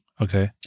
Okay